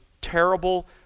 terrible